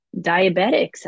diabetics